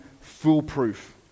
foolproof